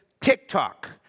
TikTok